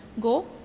go